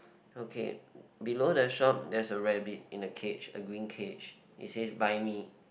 okay below the shop there's a rabbit in a cage a green cage it says buy me